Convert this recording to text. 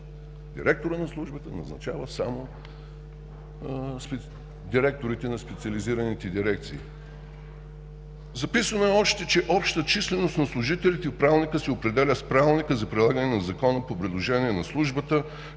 директорът на службата назначава само директорите на специализираните дирекции. Записано е още, че общата численост на служителите в Правилника се определя с Правилника за прилагане на Закона по предложение на службата